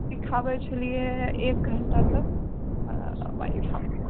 सिखाबै छलिऐ एक घण्टासँ आ